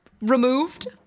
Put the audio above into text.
removed